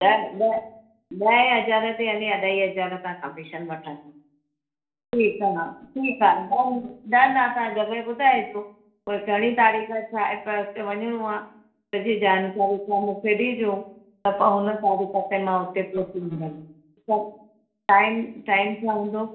ॾ ॾहें हज़ारें ते यानी अढाई हज़ार तव्हां कमीशन वठंदा ठीकु आहे हा ठीकु आहे न न न तव्हां जॻहि ॿुधाइजो पोइ घणी तारीख़ छा आहे त उते वञिणो आहे सॼी जानकारी तव्हां मूंखे ॾिजो त मां उन तारीख़ ते मां उते पहुंची वेंदमि टाइम टाइम छा हूंदो